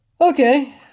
Okay